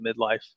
midlife